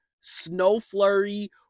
snow-flurry